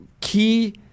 key